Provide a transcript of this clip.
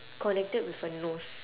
connected with a nose